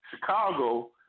Chicago